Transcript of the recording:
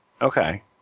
Okay